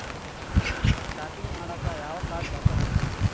Shopping ಮಾಡಾಕ ಯಾವ card ಬಳಸಬೇಕು?